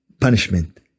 punishment